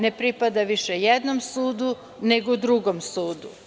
Ne pripada više jednom sudu, nego drugom sudu.